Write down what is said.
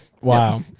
Wow